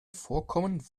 vorkommen